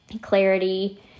clarity